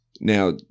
now